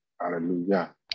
hallelujah